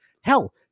hell